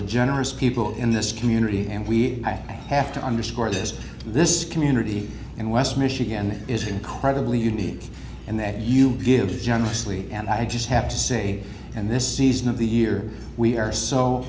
the generous people in this community and we have to underscore this this community and west michigan is incredibly unique and that you give generously and i just have to say and this season of the year we are so